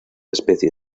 especie